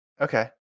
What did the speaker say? Okay